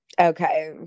Okay